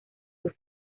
sus